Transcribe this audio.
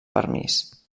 permís